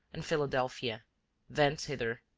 and philadelphia thence hither.